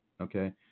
Okay